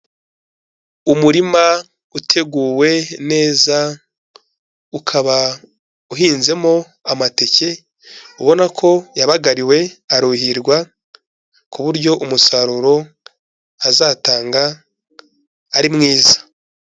Umurima uteguwe neza ukaba uhinzemo amateke, ubona ko yabagariwe aruhirwa, ku buryo umusaruro azatanga ari mwiza.